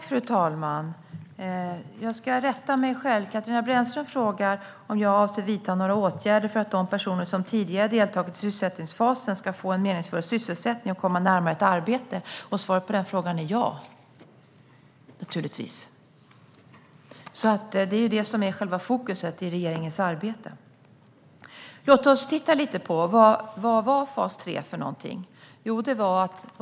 Fru talman! Jag ska rätta mig själv. Katarina Brännström frågar om jag avser att vidta några åtgärder för att de personer som tidigare deltagit i sysselsättningsfasen ska få en meningsfull sysselsättning och komma närmare ett arbete. Svaret på frågan är naturligtvis ja. Det är det som är själva fokus i regeringens arbete. Låt oss titta på vad fas 3 var för något.